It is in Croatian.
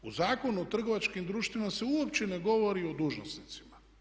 U Zakonu o trgovačkim društvima se uopće ne govori o dužnosnicima.